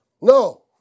No